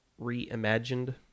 reimagined